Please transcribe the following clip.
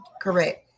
correct